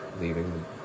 leaving